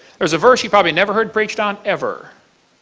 there is a verse you probably never heard preached on ever.